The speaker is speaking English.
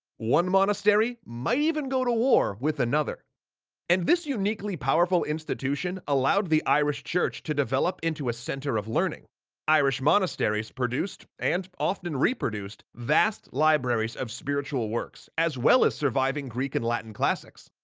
one monastery might even go to war with another and this uniquely powerful institution, allowed the irish church to develop into a center of learning irish monasteries produced and often reproduced vast libraries of spiritual works as well as surviving greek and latin classics.